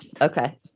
Okay